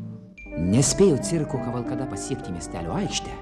nespėjo cirko kavalkada pasiekti miestelio aikštę